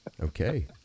Okay